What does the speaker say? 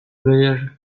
player